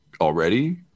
already